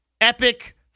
Epic